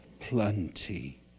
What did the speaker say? plenty